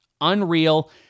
Unreal